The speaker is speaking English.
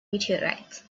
meteorites